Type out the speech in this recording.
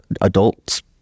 adults